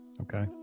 Okay